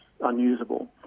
unusable